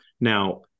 Now